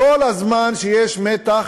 בכל זמן שיש מתח,